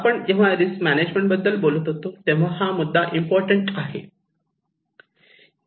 आपण जेव्हा risk management बद्दल बोलतो तेव्हा हा मुद्दा इम्पॉर्टंट आहे